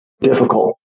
difficult